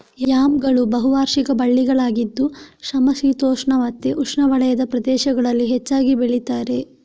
ಯಾಮ್ಗಳು ಬಹು ವಾರ್ಷಿಕ ಬಳ್ಳಿಗಳಾಗಿದ್ದು ಸಮಶೀತೋಷ್ಣ ಮತ್ತೆ ಉಷ್ಣವಲಯದ ಪ್ರದೇಶಗಳಲ್ಲಿ ಹೆಚ್ಚಾಗಿ ಬೆಳೀತಾರೆ